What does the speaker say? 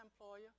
employer